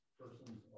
persons